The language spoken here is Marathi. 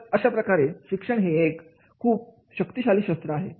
तर अशाप्रकारे शिक्षण हे एक खूप शक्तिशाली शस्त्र आहे